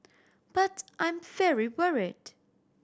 but I'm very worried